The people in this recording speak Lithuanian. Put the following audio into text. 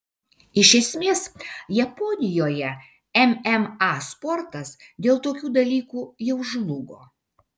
iš esmės japonijoje mma sportas dėl tokių dalykų jau žlugo